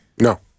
No